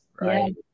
right